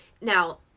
Now